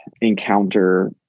encounter